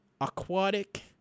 Aquatic